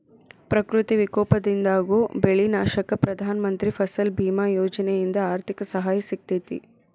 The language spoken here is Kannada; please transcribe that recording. ಪ್ರಕೃತಿ ವಿಕೋಪದಿಂದಾಗೋ ಬೆಳಿ ನಾಶಕ್ಕ ಪ್ರಧಾನ ಮಂತ್ರಿ ಫಸಲ್ ಬಿಮಾ ಯೋಜನೆಯಿಂದ ಆರ್ಥಿಕ ಸಹಾಯ ಸಿಗತೇತಿ